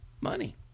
money